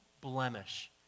blemish